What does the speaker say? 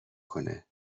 کنه